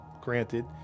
Granted